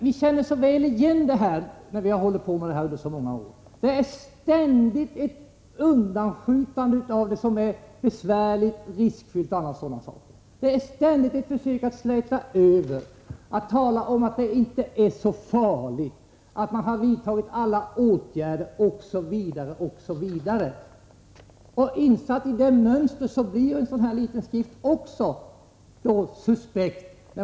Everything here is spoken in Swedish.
Vi som har hållit på med det här under många år känner så väl igen det. Man skjuter ständigt undan det som är besvärligt och riskfyllt, man försöker ständigt släta över och tala om att det inte är så farligt, att man har vidtagit alla åtgärder, osv, osv. Insatt i det mönstret blir också en sådan liten skrivelse suspekt.